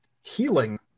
Healing